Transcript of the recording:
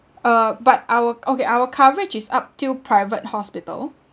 uh but our okay our coverage is up till private hospital